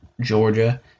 Georgia